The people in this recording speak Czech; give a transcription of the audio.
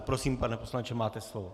Prosím, pane poslanče, máte slovo.